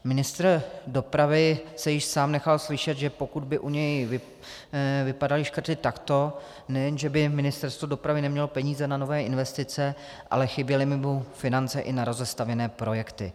Ministr dopravy se již sám nechal slyšet, že pokud by u něj vypadaly škrty takto, nejen že by Ministerstvo dopravy nemělo peníze na nové investice, ale chyběly by mu finance i na rozestavěné projekty.